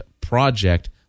Project